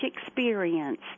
experience